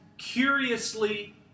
curiously